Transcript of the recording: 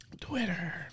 Twitter